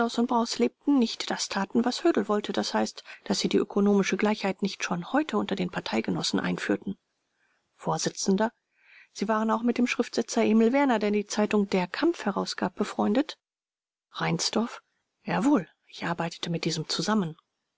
lebten nicht das taten was hödel wollte d h daß sie die ökonomische gleichheit nicht schon heute unter den parteigenossen einführten vors sie waren auch mit dem schriftsetzer emil werner der die zeitung der kampf herausgab befreundet r jawohl ich arbeitete mit diesem zusammen